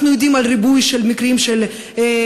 אנחנו יודעים על ריבוי מקרים של אינוס